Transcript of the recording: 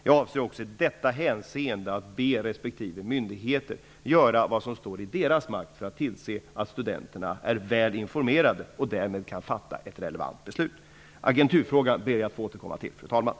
Jag avser också i detta hänseende att be respektive myndigheter att göra vad som står i deras makt för att tillse att studenterna är väl informerade och därmed kan fatta ett relevant beslut. Agenturfrågan ber jag att få återkomma till, fru talman.